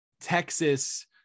Texas